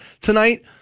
tonight